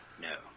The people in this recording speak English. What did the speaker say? No